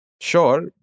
Sure